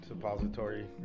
Suppository